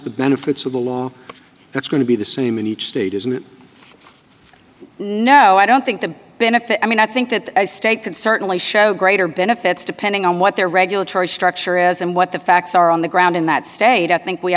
the benefits of the law it's going to be the same in each state is no i don't think the benefit i mean i think that the state can certainly show greater benefits depending on what their regulatory structure is and what the facts are on the ground in that state i think we